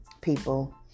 people